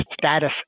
status